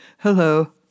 Hello